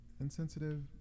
insensitive